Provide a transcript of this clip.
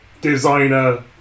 designer